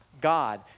God